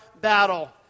battle